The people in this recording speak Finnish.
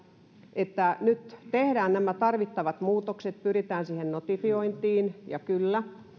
että nyt tehdään nämä tarvittavat muutokset ja pyritään siihen notifiointiin